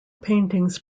paintings